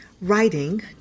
writing